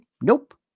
Nope